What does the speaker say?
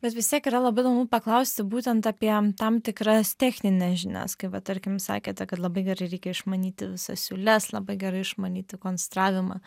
bet vis tiek yra labai įdomu paklausti būtent apie tam tikras technines žinias kaip va tarkim sakėte kad labai gerai reikia išmanyti visas siūles labai gerai išmanyti konstravimą